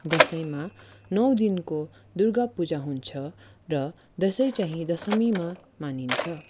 दसैँमा नौ दिनको दुर्गा पूजा हुन्छ र दसैँ चाँहि दशमीमा मानिन्छ